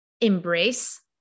embrace